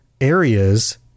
areas